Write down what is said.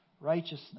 righteousness